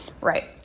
Right